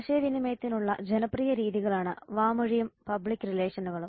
ആശയവിനിമയത്തിനുള്ള ജനപ്രിയ രീതികളാണ് വാമൊഴിയും പബ്ലിക് റിലേഷനുകളും